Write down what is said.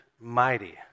mighty